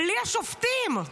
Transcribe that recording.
בלי השופטים.